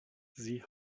sie